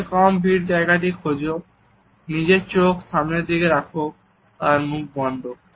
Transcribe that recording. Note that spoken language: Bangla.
সবথেকে কম ভিড় জায়গাটি খোঁজো নিজের চোখ সামনের দিকে রাখো আর মুখ বন্ধ